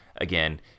Again